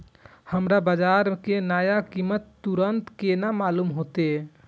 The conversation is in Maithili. हमरा बाजार के नया कीमत तुरंत केना मालूम होते?